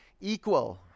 equal